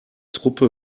truppe